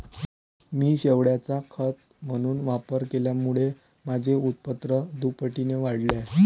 मी शेवाळाचा खत म्हणून वापर केल्यामुळे माझे उत्पन्न दुपटीने वाढले आहे